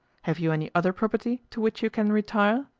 have you any other property to which you can retire?